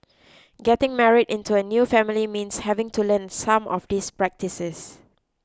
getting married into a new family means having to learn some of these practices